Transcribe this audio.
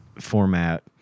format